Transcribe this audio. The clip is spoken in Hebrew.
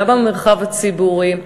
גם במרחב הציבורי.